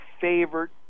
favorite